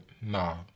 nah